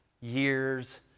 years